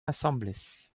asambles